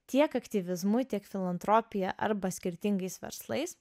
tiek aktyvizmui tiek filantropija arba skirtingais verslais